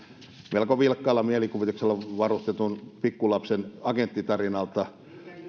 melko vilkkaalla mielikuvituksella varustetun pikkulapsen agenttitarinalta